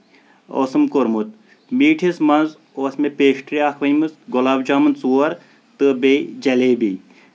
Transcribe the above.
اوسُم کوٚرمُت میٖٹِھس منٛز اوس مےٚ پیٚسٹری اکھ ؤنمٕژ گۄلاب جامُن ژور تہٕ بییٚہِ جیٚلیبی